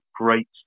great